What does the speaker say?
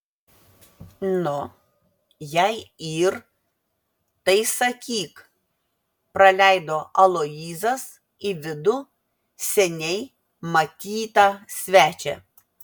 nu jei yr tai sakyk praleido aloyzas į vidų seniai matytą svečią